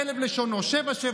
כל אחד חושב שהוא שווה מי יודע מה.